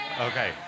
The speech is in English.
Okay